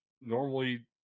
normally